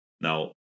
Now